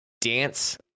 dance